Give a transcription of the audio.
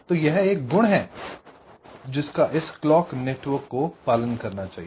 तो यह एक गुण है जिसका इस क्लॉक नेटवर्क को पालन करना चाहिए